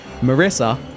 Marissa